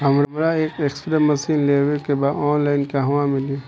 हमरा एक spray machine लेवे के बा ऑनलाइन कहवा मिली?